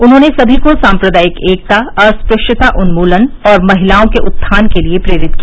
उन्होने सभी को साम्प्रदायिक एकता अस्पृश्यता उन्मूलन और महिलाओं के उत्थान के लिए प्रेरित किया